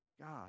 God